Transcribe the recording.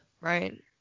Right